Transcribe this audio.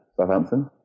Southampton